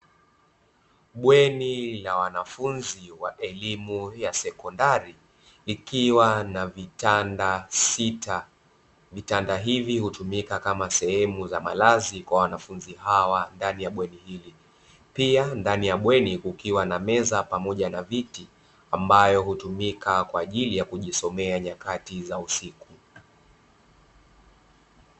Bweni ya wanafunzi wa elimu ya sekondari likiwa na vitanda sita, vitanda hivi hutumika kama sehemu za malazi kwa wanafunzi hawa ndani hili. Pia ndani ya bweni ukiwa na meza pamoja na viti ambayo hutumika kwa ajili ya kujisomea nyakati za usiku.